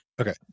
okay